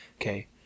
okay